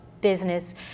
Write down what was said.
business